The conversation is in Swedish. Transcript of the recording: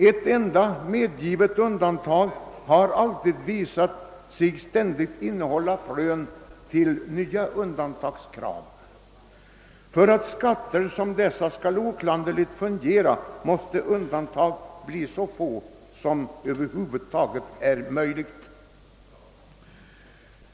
Ett enda medgivet undantag innehåller alltid frön till nya undantagskrav. För att skattesystem av detta slag skall fungera oklanderligt måste undantagen vara så få som någonsin är möjligt.